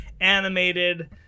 Animated